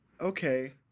Okay